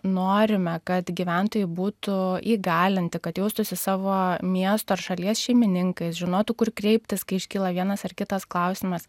norime kad gyventojai būtų įgalinti kad jaustųsi savo miesto ir šalies šeimininkas žinotų kur kreiptis kai iškyla vienas ar kitas klausimas